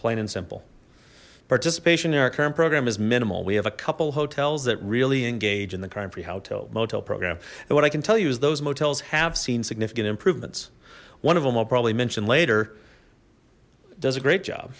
plain and simple participation in our current program is minimal we have a couple hotels that really engage in the current free hotel motel program and what i can tell you is those motels have seen significant improvements one of them i'll probably mention later does a great job